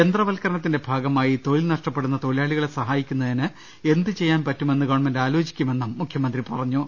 യന്ത്ര വൽക്കരണത്തിന്റെ ഭാഗമായി തൊഴിൽ നഷ്ടപ്പെടുന്ന തൊഴിലാളികളെ സഹായിക്കുന്നതിന് എന്ത് ചെയ്യാൻ പറ്റുമെന്ന് ഗവൺമെന്റ് ആലോചി ക്കുമെന്നും മുഖ്യന്ത്രി പറഞ്ഞു